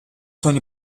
στον